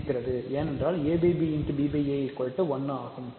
இருக்கிறது ஏனென்றால் 1 ஆகும்